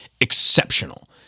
exceptional